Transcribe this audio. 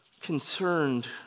Concerned